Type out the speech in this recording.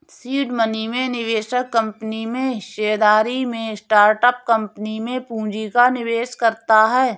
seed money में निवेशक company में हिस्सेदारी में स्टार्टअप कंपनी में पूंजी का निवेश करता है